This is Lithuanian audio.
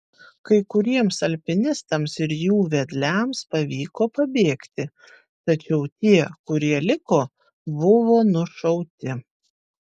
kai kuriems alpinistams ir jų vedliams pavyko pabėgti tačiau tie kurie liko buvo nušauti